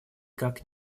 как